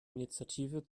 initiative